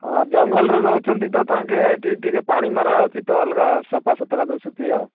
ହଁ ଜଙ୍ଗଲରେ ରହୁଛନ୍ତି ତ ତାଙ୍କେ ଏଇଠି ଟିକିଏ ପାଣି ମରା ହେଉଛି ତ ଅଲଗା ସଫା ସୁତରା ଦୁଶୁଛି ଆଉ